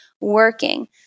working